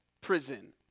prison